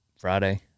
friday